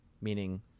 meaning